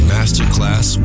Masterclass